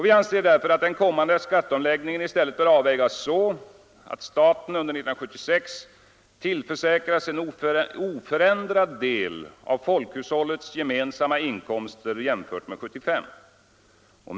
Vi anser att den kommande skatteomläggningen i stället bör avvägas så att staten under 1976 tillförsäkras en oförändrad del av folkhushållets gemensamma inkomster jämfört med 1975.